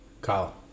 Kyle